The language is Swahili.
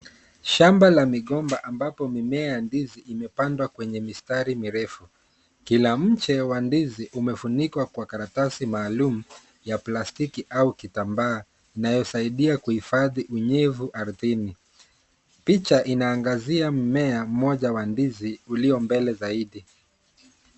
Shamba la migomba ambapo mimea ya ndizi imepandwa kwenye mistari mirefu. Kila mche wa ndizi umefunikwa kwa karatasi maalumu ya plastiki au kitambaa, inayosaidia kuhifadhi unyevu ardhini. Picha inaangazia mmea mmoja wa ndizi ulio mbele zaidi.